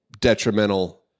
detrimental